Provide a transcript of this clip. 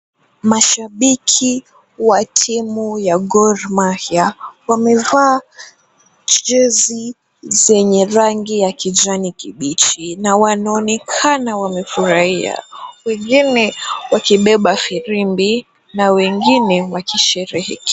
Mashabiki wa timu ya Gor Mahia wamevaa jezi zenye rangi ya kijani kibichi na wanaonekana wamefurahia wengine wakibeba firimbi na wengine wakisherehekea.